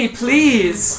please